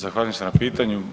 Zahvaljujem se na pitanju.